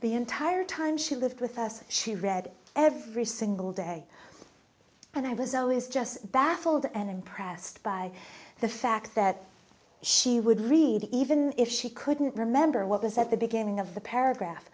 the entire time she lived with us she read every single day and i was always just baffled and impressed by the fact that she would read even if she couldn't remember what was at the beginning of the paragraph